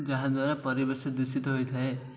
ଯାହାଦ୍ୱାରା ପରିବେଶ ଦୂଷିତ ହୋଇଥାଏ